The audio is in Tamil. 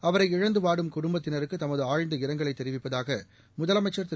அவரை இழந்து வாடும் குடும்பத்தினருக்கு தமது ஆழந்த இரங்கலை தெரிவிப்பதாக முதலமைச்சர் திரு